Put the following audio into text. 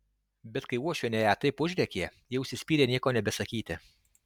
bet kai uošvienė ją taip užrėkė ji užsispyrė nieko nebesakyti